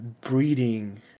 breeding